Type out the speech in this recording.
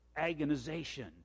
agonization